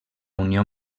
unió